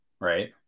right